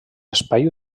espai